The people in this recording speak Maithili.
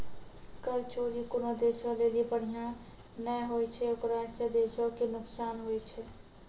कर चोरी कोनो देशो लेली बढ़िया नै होय छै ओकरा से देशो के नुकसान होय छै